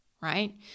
Right